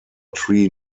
tree